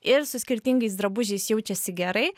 ir su skirtingais drabužiais jaučiasi gerai